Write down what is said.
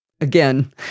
Again